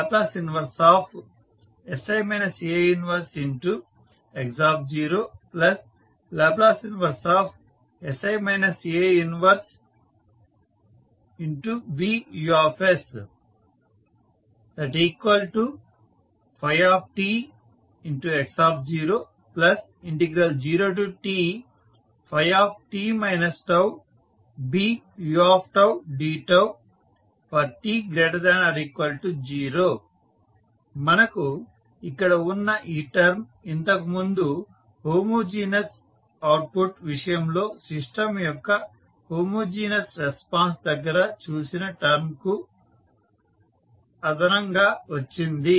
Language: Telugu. xtL 1sI A 1x0L 1sI A 1BUs φtx00tt τBudτ t≥0 మనకు ఇక్కడ ఈ టర్మ్ ఇంతకు ముందు హోమోజీనస్ అవుట్పుట్ విషయం లో సిస్టం యొక్క హోమోజినస్ రెస్పాన్స్ దగ్గర చూసిన టర్మ్ కు అదనంగా వచ్చింది